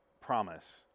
promise